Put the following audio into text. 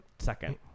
Second